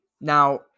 Now